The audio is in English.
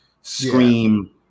scream